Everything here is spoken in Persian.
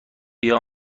بیا